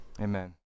Amen